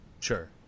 sure